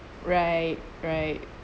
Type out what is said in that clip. right right